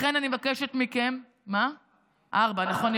לכן, אני מבקשת מכם, ארבע, ארבע, נכון.